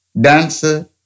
dancer